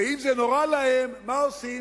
ואם זה נורא להם, מה עושים?